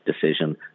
decision